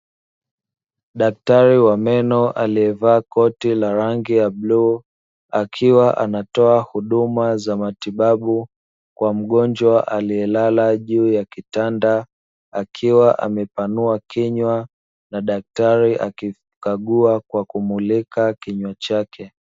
Daktari wa meno aliyevaa koti la rangi ya bluu, akiwa anatoa huduma za matibabu kwa mgonjwa aliyelala juu ya kitanda akiwa amepanua kinywa na daktari akikagua kwa kumulika kinywa chake.